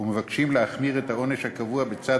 ומבקשים בה להחמיר את העונש הקבוע בצד